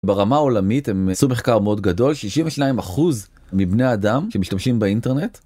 ברמה העולמית הם עשו מחקר מאוד גדול 62% מבני אדם שמשתמשים באינטרנט